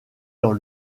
dans